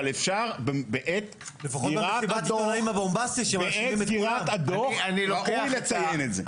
בעת סגירת הדוח היה ראוי לציין את זה.